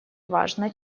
важно